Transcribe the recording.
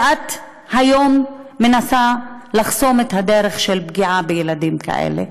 ואת היום מנסה לחסוך את הדרך של פגיעה בילדים כאלה,